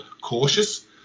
cautious